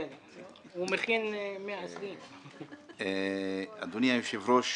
הוא מכין 120. אדוני היושב-ראש,